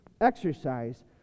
exercise